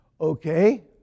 okay